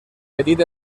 petit